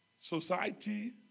society